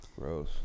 gross